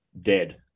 dead